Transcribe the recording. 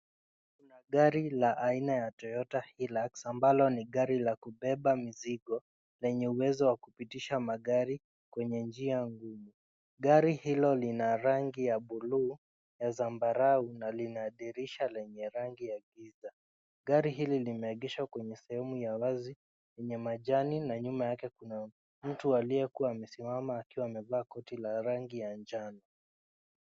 Gari la aina ya Toyota Hilux ambalo ni gari la kubeba mizigo lenye uwezo wa kupitisha magari kwenye njia ngumu. Gari hilo lina rangi ya blue na zambarau na lina dirisha lenye rangi ya giza. Gari hili limeegeshwa kwenye sehemu ya wazi yenye majani na nyuma yake kuna mtu aliyekuwa amesimama akiwa amevaa koti la rangi ya njano.